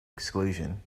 exclusion